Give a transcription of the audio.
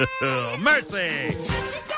Mercy